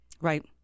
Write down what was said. Right